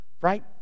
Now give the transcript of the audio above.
Right